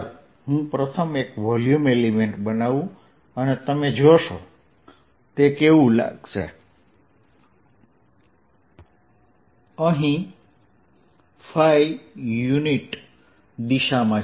ચાલો હું પ્રથમ એક વોલ્યુમ એલિમેન્ટ બનાવું અને તમે જોશો તે કેવું લાગે છે અહીં ϕ દિશામાં છે